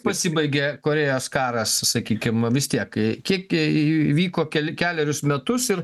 pasibaigė korėjos karas sakykim vis tiek kiek vyko keli kelerius metus ir